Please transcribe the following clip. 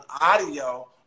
audio